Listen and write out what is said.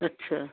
ਅੱਛਾ